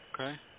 Okay